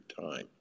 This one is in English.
time